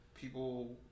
People